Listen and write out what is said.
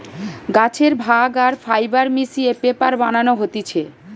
গাছের ভাগ আর ফাইবার মিশিয়ে পেপার বানানো হতিছে